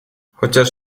chociaż